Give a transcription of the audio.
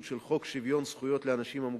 של חוק שוויון זכויות לאנשים עם מוגבלות,